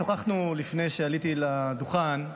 שוחחנו לפני שעליתי לדוכן,